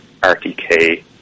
RTK